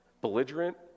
belligerent